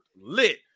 lit